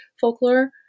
folklore